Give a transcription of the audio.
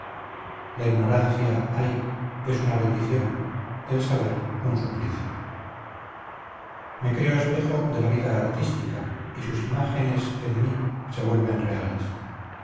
la ignorancia ay es una bendición el saber un suplicio me creo espejo de la vida artística y sus imágenes en mí se vuelven reales